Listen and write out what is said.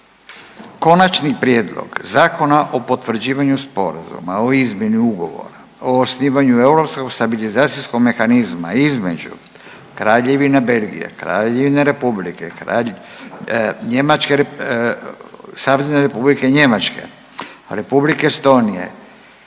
Konačni prijedlog Zakona o potvrđivanju Sporazuma o izmjeni Ugovora o osnivanju Europskog stabilizacijskog mehanizma između Kraljevine Belgije, Savezne Republike Njemačke, Republike Estonije,